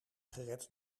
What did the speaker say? gered